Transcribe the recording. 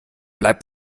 bleib